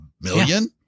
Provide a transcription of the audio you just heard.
million